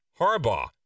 Harbaugh